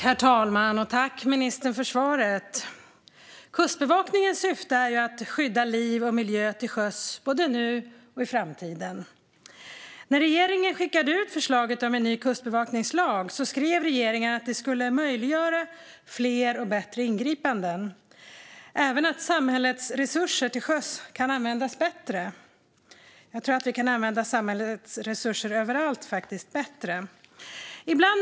Herr talman! Tack, ministern, för svaret! Kustbevakningens syfte är att skydda liv och miljö till sjöss både nu och i framtiden. När regeringen skickade ut förslaget om en ny kustbevakningslag skrev man att den skulle möjliggöra fler och bättre ingripanden och att samhällets resurser till sjöss skulle kunna användas bättre. Jag tror faktiskt att vi kan använda samhällets resurser bättre överallt.